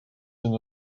une